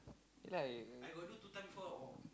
ya you